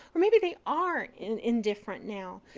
or maybe they are indifferent now,